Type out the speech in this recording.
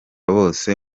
bose